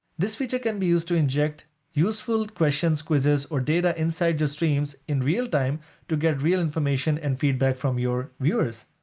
this feature can be used to inject useful questions, quizzes, or data inside your streams in real time to get real information and feedback from your viewers.